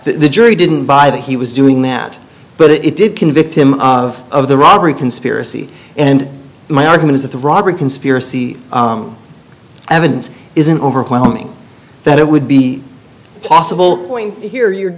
the jury didn't buy that he was doing that but it did convict him of the robbery conspiracy and my argument that the robbery conspiracy evidence is an overwhelming that it would be possible point here you're